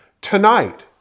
tonight